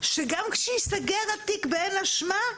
שגם כשייסגר התיק באין אשמה,